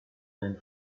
sein